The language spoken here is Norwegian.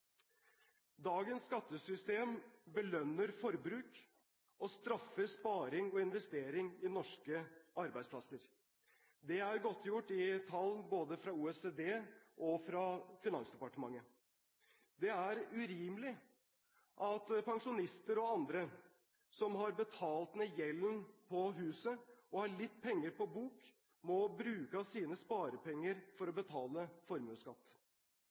Dagens skattesystem belønner forbruk og straffer sparing og investeringer i norske arbeidsplasser – det er godtgjort i tall både fra OECD og fra Finansdepartementet. Det er urimelig at pensjonister og andre som har betalt ned gjelden på huset og har litt penger på bok, må bruke av sine sparepenger for å betale formuesskatt.